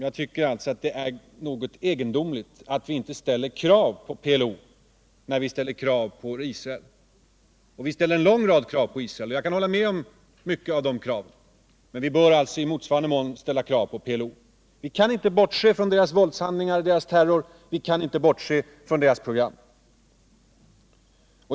Jag tycker alltså att det är egendomligt att vi inte ställer krav på PLO när vi ställer krav på Israel. Vi ställer en lång rad krav på Israel — och jag kan hålla med om många av dem — men vi bör i motsvarande mån ställa krav på PLO. Vi kan inte bortse från dess våldshandlingar och terror, vi kan inte bortse från dess program.